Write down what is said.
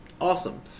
Awesome